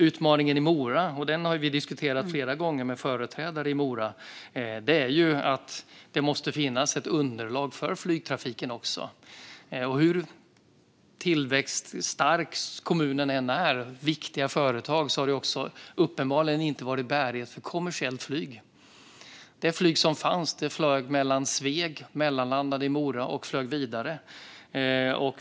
Utmaningen i Mora, vilken vi har diskuterat flera gånger med företrädare för Mora, är att det måste finnas ett underlag för flygtrafiken också. Hur tillväxtstark kommunen än är, med viktiga företag, har det uppenbarligen inte funnits bärighet för kommersiellt flyg. Det flyg som fanns flög från Sveg, mellanlandade i Mora och flög vidare.